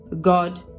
god